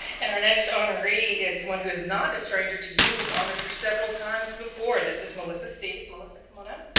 and our next honoree is one who is not a stranger to you. we've honored her several times before. this is melissa stuive. melissa, come on up.